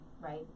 right